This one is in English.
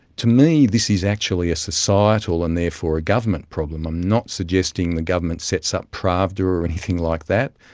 to me, this is actually a societal and therefore a government problem. and i'm not suggesting the government sets up pravda or anything like that,